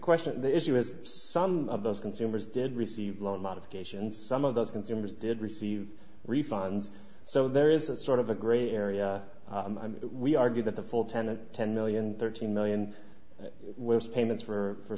question the issue is some of those consumers did receive loan modifications some of those consumers did receive refunds so there is a sort of a gray area we argue that the full ten ten million thirteen million was payments for